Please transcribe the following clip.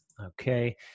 Okay